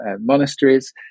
monasteries